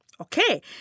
Okay